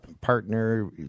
partner